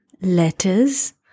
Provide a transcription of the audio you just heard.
letters